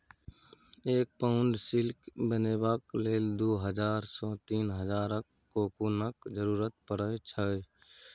एक pound silk बनेबाक लेल दु हजार सँ तीन हजारक कोकुनक जरुरत परै छै